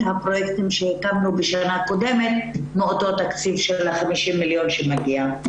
הפרויקטים שהקמנו בשנה קודמת מאותו תקציב של ה-50 מיליון שמגיע.